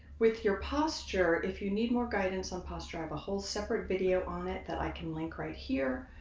with your posture. if you need more guidance on posture, i have a whole separate video on it that i can link right here,